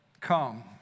come